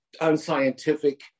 unscientific